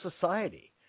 society